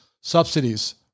subsidies